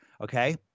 okay